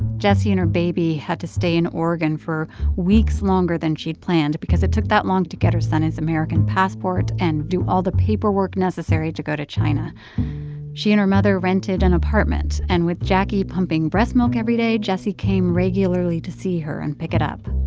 jessie and her baby had to stay in oregon for weeks longer than she'd planned because it took that long to get her son his american passport and do all the paperwork necessary to go to china she and her mother rented an apartment, and with jacquie pumping breast milk every day, jessie came regularly to see her and pick it up.